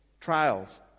Trials